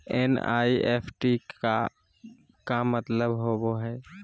NEFT के का मतलव होव हई?